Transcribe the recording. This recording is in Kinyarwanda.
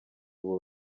ubu